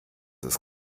ist